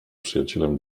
przyjacielem